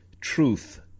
truth